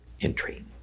Entry